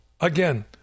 again